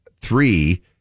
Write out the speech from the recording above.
three